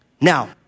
Now